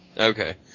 Okay